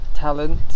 talent